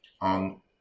on